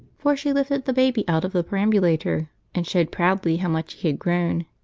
for she lifted the baby out of the perambulator and showed proudly how much he had grown.